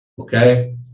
Okay